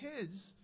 kids